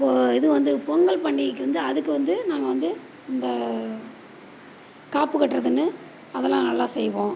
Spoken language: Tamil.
இப்போ இது வந்து பொங்கல் பண்டிகைக்கு வந்து அதுக்கு வந்து நாங்கள் வந்து இந்த காப்பு கட்டுறதுன்னு அதெல்லாம் நல்லா செய்வோம்